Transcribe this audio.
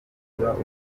kurwanya